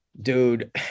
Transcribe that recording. Dude